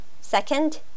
Second